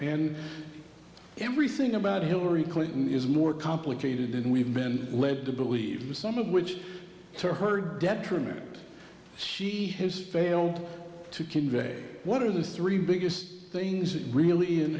hand everything about hillary clinton is more complicated than we've been led to believe but some of which to her detriment she has failed to convey what are the three biggest things that really in